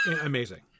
amazing